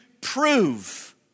prove